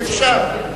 אי-אפשר.